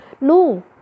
No